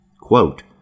quote